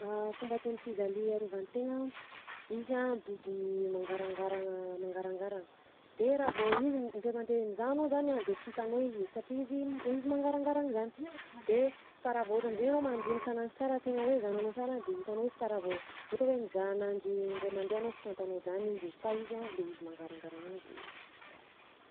Fomba ataon'ny physalie hiarovan-tegna: izy a biby mangarangaragna mangarangaragna, de raha vao izy ndray mandeha mizaha anao zany a de sy hitanao izy satria izy izy mangaranaragna izany, de fa raha vao ohatra am'zay anao mandinika ananjy sara tegna hoe zahananao sara de hitanao izy fa raha vao ohatra hoe mizaha ananjy indray mandeha anao sy fantanao zany izy fa izy a le izy mangarangaragna igny de sy hita.